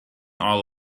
all